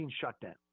shutdown